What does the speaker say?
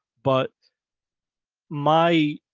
but my